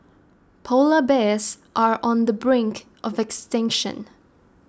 Polar Bears are on the brink of extinction